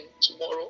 tomorrow